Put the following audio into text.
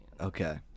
Okay